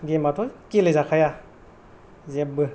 गेमाथ' गेले जाखाया जेबो